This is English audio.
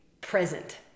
present